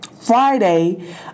Friday